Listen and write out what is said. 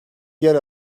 yer